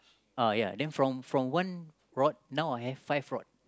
uh ya then from from one rod now I have five rod